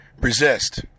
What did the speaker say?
resist